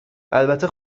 البته